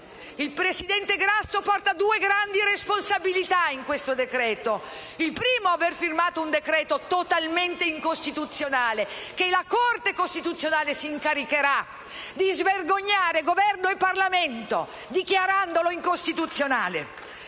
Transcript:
Il presidente Grasso porta due grandi responsabilità in questo decreto. La prima è l'aver firmato un decreto‑legge totalmente incostituzionale: ma io sono serena, la Corte costituzionale si incaricherà di svergognare Governo e Parlamento, dichiarandolo incostituzionale.